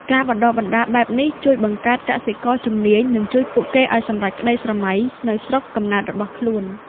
ការបណ្តុះបណ្តាលបែបនេះជួយបង្កើតកសិករជំនាញនិងជួយពួកគេឱ្យសម្រេចក្តីស្រមៃនៅស្រុកកំណើតរបស់ខ្លួន។